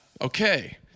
Okay